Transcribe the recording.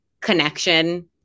connection